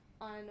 on